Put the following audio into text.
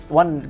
one